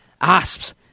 Asps